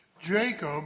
Jacob